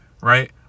right